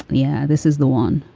yeah, this is the one.